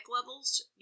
levels